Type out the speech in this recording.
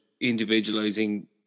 individualizing